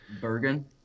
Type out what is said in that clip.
bergen